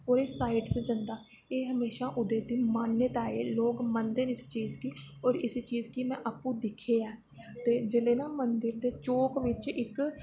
ओह् हमेशा साईड च जंदा एह् हमेशी उद्धर दी मान्यता ऐ लोग मनदे न इस चीज गी ते में अप्पूं इस चीज गी दिक्खेआ ऐ ते जिसले ना मन्दर दे चौंक बिच्च इक